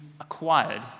acquired